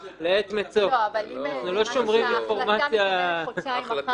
אם זה משהו שההחלטה מתקבלת חודשיים אחר כך?